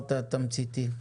דיברת תמציתי.